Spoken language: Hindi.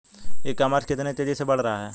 ई कॉमर्स कितनी तेजी से बढ़ रहा है?